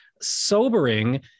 Sobering